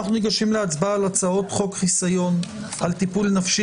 אנחנו ניגשים להצבעה על הצעות חוק חיסיון על טיפול נפשי